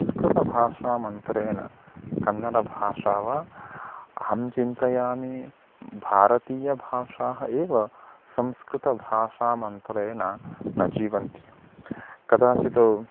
संस्कृतभाषामन्तरेण कन्नडभाषा वा अहं चिन्तयामि भारतीयभाषाः एव संस्कृतभाषामन्तरेण न जीवन्ति कदाचित्